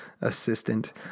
Assistant